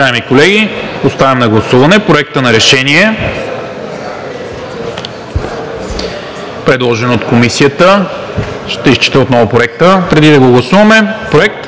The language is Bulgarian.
колеги, подлагам на гласуване Проекта на решение, предложен от Комисията. Ще изчета отново Проекта, преди да го гласуваме. „Проект!